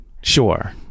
sure